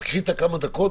אז קחי את הכמה דקות,